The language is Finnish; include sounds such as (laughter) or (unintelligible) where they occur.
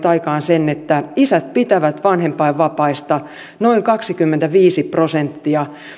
(unintelligible) aikaan ruotsissa sen että isät pitävät vanhempainvapaista noin kaksikymmentäviisi prosenttia